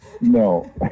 no